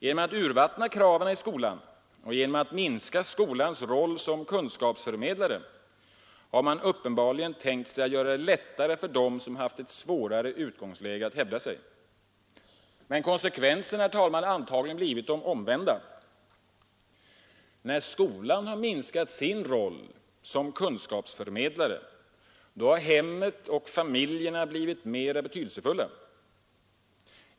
Genom att urvattna kraven i skolan och genom att minska skolans roll som kunskapsförmedlare har man uppenbarligen tänkt sig att göra det lättare för dem som haft ett svårare utgångsläge att hävda sig. Men konsekvenserna, herr talman, har antagligen blivit de omvända. När skolan minskat sin roll som kunskapsförmedlare har hemmen och familjerna blivit mera betydelsefulla.